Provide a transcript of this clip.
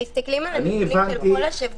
מסתכלים על הנתונים של כל השבוע.